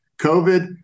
COVID